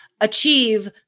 achieve